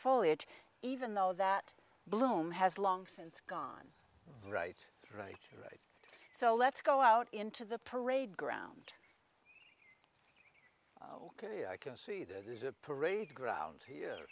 foliage even though that bloom has long since gone right right right so let's go out into the parade ground oh there you can see there's a parade grounds here